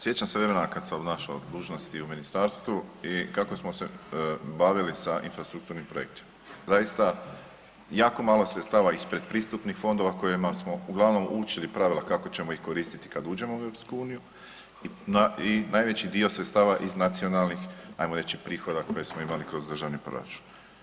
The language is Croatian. Sjećam se vremena kad se obnašala dužnost i u ministarstvu i kako smo se bavili infrastrukturnim projektima, zaista jako malo sredstava iz predpristupnih fondova kojima smo uglavnom učili pravila kako ćemo ih koristiti kad uđemo u EU i najveći dio sredstava iz nacionalnih, ajmo reći prihoda koje smo imali kroz državni proračun.